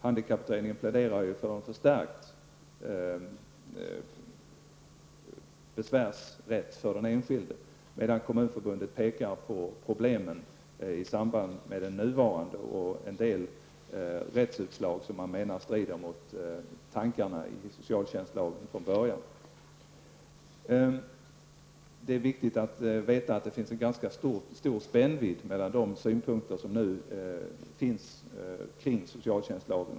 Handikapputredningen pläderar ju för en förstärkt besvärsrätt för den enskilde, medan Kommunförbundet pekar på problemen i samband med den nuvarande lagen och en del rättsutslag som man menar strider mot tankarna från början i socialtjänstlagen. Det är viktigt att veta att det finns en ganska stor spännvidd mellan de synpunkter som nu finns på socialtjänstlagen.